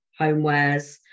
homewares